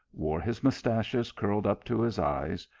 wore his mustachios curled up to his eyes,